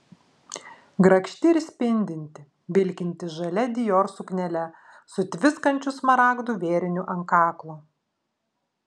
grakšti ir spindinti vilkinti žalia dior suknele su tviskančiu smaragdų vėriniu ant kaklo